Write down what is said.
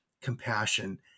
compassion